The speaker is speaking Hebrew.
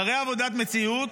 אחרי עבודת מציאות,